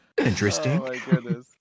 Interesting